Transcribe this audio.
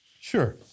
Sure